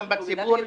גם בציבור,